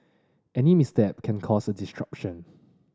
any misstep can cause a disruption